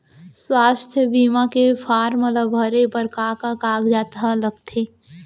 स्वास्थ्य बीमा के फॉर्म ल भरे बर का का कागजात ह लगथे?